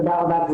תודה רבה.